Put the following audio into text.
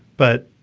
but,